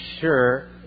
sure